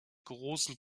großen